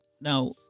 Now